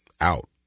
out